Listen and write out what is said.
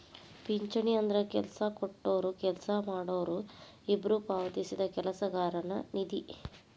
ಪಿಂಚಣಿ ಅಂದ್ರ ಕೆಲ್ಸ ಕೊಟ್ಟೊರು ಕೆಲ್ಸ ಮಾಡೋರು ಇಬ್ಬ್ರು ಪಾವತಿಸಿದ ಕೆಲಸಗಾರನ ನಿಧಿ